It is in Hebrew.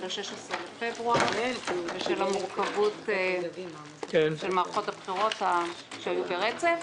עד ה-16 בפברואר בשל המורכבות של מערכות הבחירות שהיו ברצף,